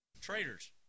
Traitors